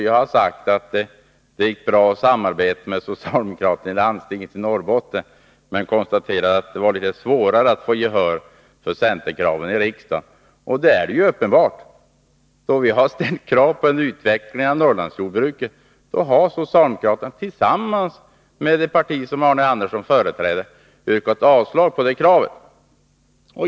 Jag har sagt att det går bra att samarbeta med socialdemokraterna ilandstinget i Norrbotten men att det är svårare att få gehör för centerkraven i riksdagen, och det är det ju uppenbart. När vi har ställt krav på en utveckling av Norrlands jordbruk har socialdemokraterna tillsammans med det parti som Arne Andersson företräder yrkat avslag på det kravet.